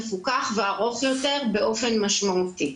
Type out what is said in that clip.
מפוקח וארוך יותר באופן משמעותי,